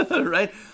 Right